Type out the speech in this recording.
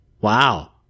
wow